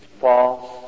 false